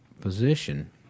position